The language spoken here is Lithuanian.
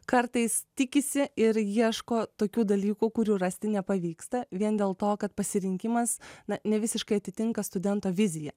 kartais tikisi ir ieško tokių dalykų kurių rasti nepavyksta vien dėl to kad pasirinkimas na nevisiškai atitinka studento viziją